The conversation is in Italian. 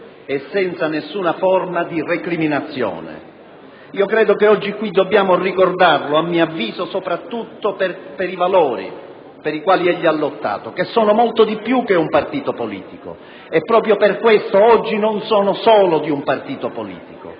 e senza nessuna forma di recriminazione. Credo che oggi qui dobbiamo ricordarlo soprattutto per i valori per i quali egli ha lottato, che sono molto di più che un partito politico e proprio per questo oggi non appartengono ad un solo partito politico: